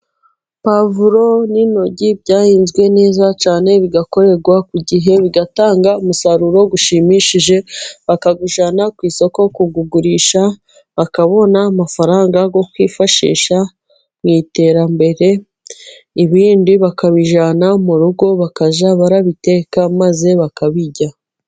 Puwavuro n'intoryi byahinzwe neza cyane bigakorerwa ku gihe, bigatanga umusaruro ushimishije, bakawujyana ku isoko kuwugurisha, bakabona amafaranga yo kwifashisha mu iterambere. Ibindi bakabijyana mu rugo bakajya babiteka maze bakabirya.